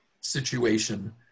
situation